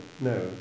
no